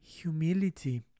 Humility